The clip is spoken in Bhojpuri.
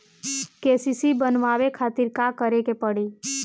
के.सी.सी बनवावे खातिर का करे के पड़ी?